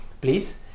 please